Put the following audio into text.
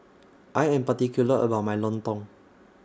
I Am particular about My Lontong